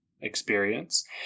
experience